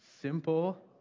Simple